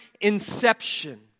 inception